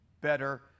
better